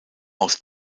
aus